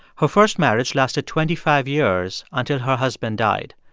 her first marriage lasted twenty five years until her husband died.